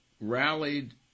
rallied